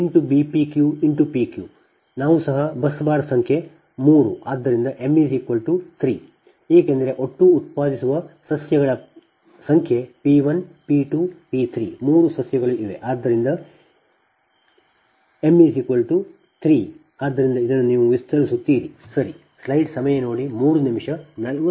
ಆದ್ದರಿಂದ m 3 ಏಕೆಂದರೆ ಒಟ್ಟು ಉತ್ಪಾದಿಸುವ ಸಸ್ಯಗಳ ಸಂಖ್ಯೆ P 1 P 2 P 3 ಮೂರು ಸಸ್ಯಗಳು ಇವೆ